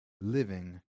living